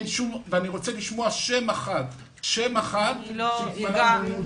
אני רוצה לשמוע שם אחד שהתמנה במינוי פוליטי.